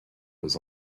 was